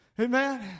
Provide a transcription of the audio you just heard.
Amen